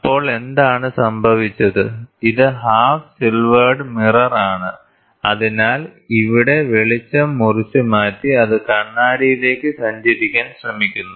അപ്പോൾ എന്താണ് സംഭവിച്ചത് ഇത് ഹാഫ് സിൽവേർഡ് മിറർ ആണ് അതിനാൽ ഇവിടെ വെളിച്ചം മുറിച്ചുമാറ്റി അത് കണ്ണാടിയിലേക്ക് സഞ്ചരിക്കാൻ ശ്രമിക്കുന്നു